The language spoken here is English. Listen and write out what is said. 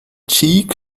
cheek